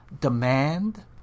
demand